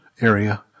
area